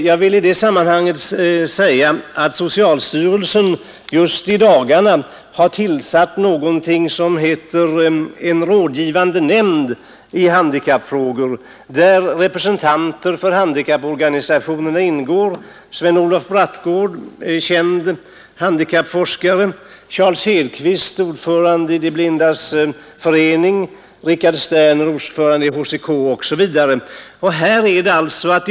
Jag vill i detta sammanhang säga att socialstyrelsen just i dagarna har tillsatt något som heter en rådgivande nämnd i handikappfrågor, där representanter för handikapporganisationerna ingår: Sven-Olof Brattgård, känd handikappforskare, Charles Hedkvist, ordförande i De blindas förening, och Richard Sterner, Riksförbundet för utvecklingsstörda barn.